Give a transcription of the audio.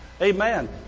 Amen